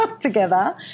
together